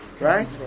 right